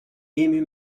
émue